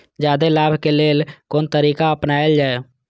जादे लाभ के लेल कोन तरीका अपनायल जाय?